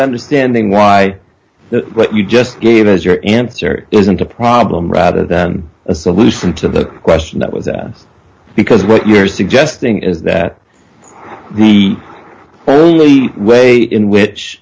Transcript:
understanding why but you just gave as your answer isn't a problem rather than a solution to the question that was that because what you're suggesting is that the only way in which